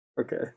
okay